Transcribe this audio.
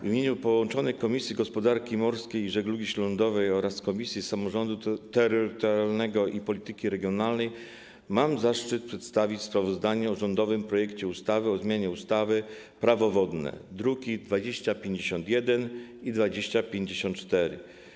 W imieniu połączonych Komisji: Gospodarki Morskiej i Żeglugi Śródlądowej oraz Samorządu Terytorialnego i Polityki Regionalnej mam zaszczyt przedstawić sprawozdanie o rządowym projekcie ustawy o zmianie ustawy - Prawo wodne, druki nr 2051 i 2054.